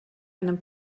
einem